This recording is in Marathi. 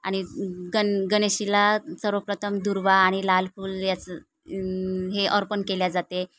आणि गन गणेशाला सर्वप्रथम दुर्वा आणि लाल फूल याचं हे अर्पण केले जाते